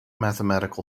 mathematical